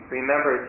remember